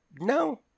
no